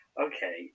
Okay